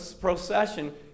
procession